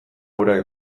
urak